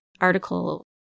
article